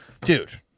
Dude